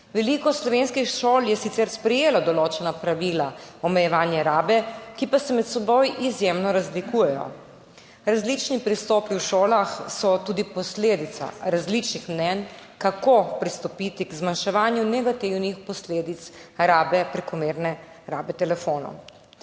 Veliko slovenskih šol je sicer sprejelo določena pravila omejevanja rabe, ki pa se med seboj izjemno razlikujejo. Različni pristopi v šolah so tudi posledica različnih mnenj, kako pristopiti k zmanjševanju negativnih posledic prekomerne rabe telefonov.